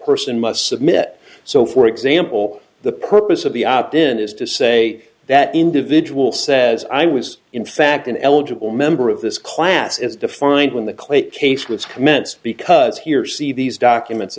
person must submit so for example the purpose of the opt in is to say that individual says i was in fact an eligible member of this class as defined when the clay case was commenced because here see these documents